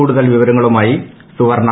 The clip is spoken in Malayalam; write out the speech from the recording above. കൂടുതൽ വിവരങ്ങളുമായി സുവർണ